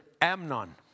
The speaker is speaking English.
Amnon